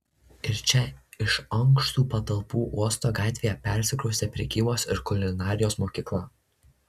ir čia iš ankštų patalpų uosto gatvėje persikraustė prekybos ir kulinarijos mokykla